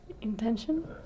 Intention